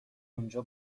اونجا